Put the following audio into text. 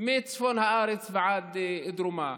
מצפון הארץ ועד דרומה?